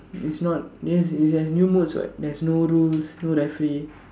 it's not yes is there's new modes what there's no rules no referee